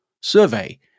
survey